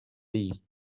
değil